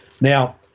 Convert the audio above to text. Now